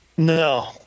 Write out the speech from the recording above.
No